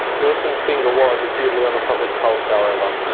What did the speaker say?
wilson's finger was acutely on the public pulse, however.